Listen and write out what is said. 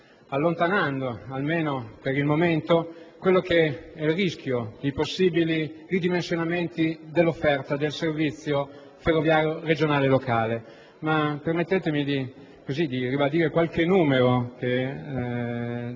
allontanare, almeno per il momento, il rischio di possibili ridimensionamenti dell'offerta del servizio ferroviario regionale e locale. Mi sia però consentito di ribadire qualche numero: